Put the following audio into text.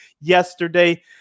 yesterday